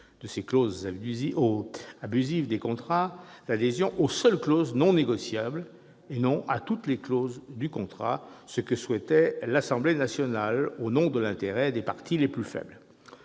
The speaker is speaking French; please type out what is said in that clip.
des clauses abusives des contrats d'adhésion aux seules clauses non négociables, et non à toutes les clauses, comme le souhaitait l'Assemblée nationale au nom de l'intérêt des parties les plus faibles.